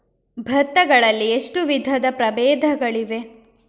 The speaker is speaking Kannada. ಭತ್ತ ಗಳಲ್ಲಿ ಎಷ್ಟು ವಿಧದ ಪ್ರಬೇಧಗಳಿವೆ?